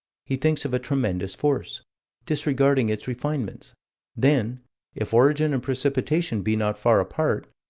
he thinks of a tremendous force disregarding its refinements then if origin and precipitation be not far apart,